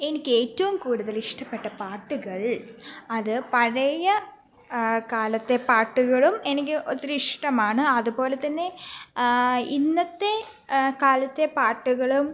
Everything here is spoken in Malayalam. എനിക്ക് ഏറ്റവും കൂടുതൽ ഇഷ്ടപ്പെട്ട പാട്ടുകൾ അത് പഴയ കാലത്തെ പാട്ടുകളും എനിക്ക് ഒത്തിരി ഇഷ്ടമാണ് അതുപോലെ തന്നെ ഇന്നത്തെ കാലത്തെ പാട്ടുകളും